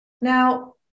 Now